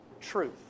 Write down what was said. truth